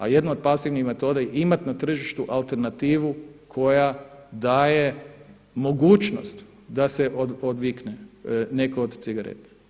A jedna od pasivnih metoda je imati na tržištu alternativu koja daje mogućnost da se odvikne netko od cigareta.